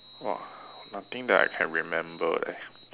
!wah! nothing that I can remember leh